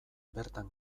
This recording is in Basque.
bertan